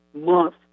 month